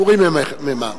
הם פטורים ממע"מ.